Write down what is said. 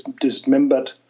dismembered